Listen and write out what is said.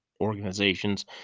organizations